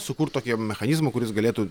sukurt tokį mechanizmą kuris galėtų